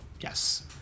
yes